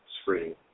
screen